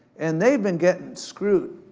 and they've been gettin' screwed.